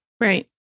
Right